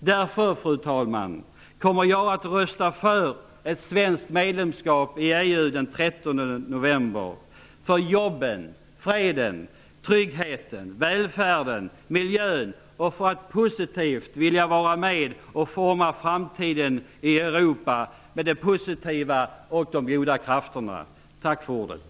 Därför, fru talman, kommer jag att rösta för ett svenskt medlemskap i EU den 13 november - för jobben, freden, tryggheten, välfärden och miljön, och för att positivt få vara med och forma framtiden i Europa med de positiva och de goda krafterna. Tack för ordet.